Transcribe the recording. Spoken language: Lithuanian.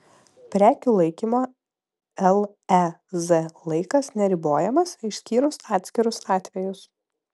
prekių laikymo lez laikas neribojamas išskyrus atskirus atvejus